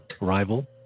rival